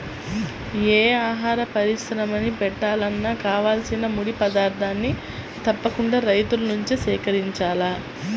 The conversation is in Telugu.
యే ఆహార పరిశ్రమని బెట్టాలన్నా కావాల్సిన ముడి పదార్థాల్ని తప్పకుండా రైతుల నుంచే సేకరించాల